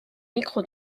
micro